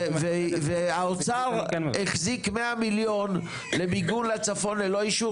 והאוצר החזיק 100 מיליון למיגון לצפון ללא אישור